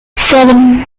seven